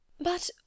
But